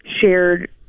shared